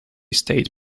stayed